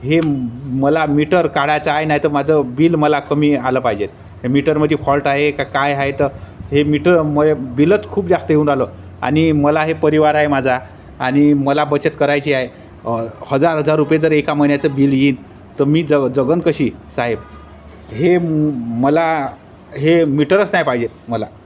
हे मला मीटर काढायचं आहे नाही तर माझं बिल मला कमी आलं पाहिजे ह्या मीटरमध्ये फॉल्ट आहे का काय आहे तर हे मीटर म बिलच खूप जास्त येऊन राहलं आणि मला हे परिवार आहे माझा आणि मला बचत करायची आहे हजार हजार रुपये जर एका महिन्याचं बिल येईन तर मी जग जगेन कशी साहेब हे मला हे मीटरच नाही पाहिजेत मला